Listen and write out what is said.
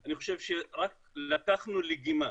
אני חושב שרק לקחנו לגימה